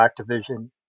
Activision